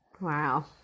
Wow